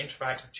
interactive